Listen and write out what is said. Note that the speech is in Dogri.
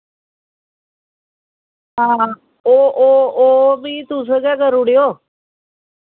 हां ओह् ओह् ओह् फ्ही तुस गै करुड़ेओ